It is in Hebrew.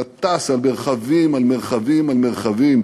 אתה טס על מרחבים על מרחבים על מרחבים,